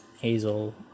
Hazel